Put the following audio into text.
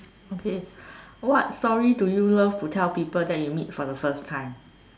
okay what story do you love to tell people that you meet for the first time